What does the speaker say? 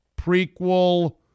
prequel